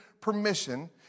permission